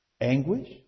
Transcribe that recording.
anguish